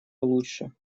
лучше